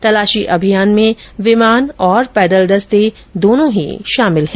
तलाशी अभियान में विमान और पैदल दस्ते दोनों ही शामिल हैं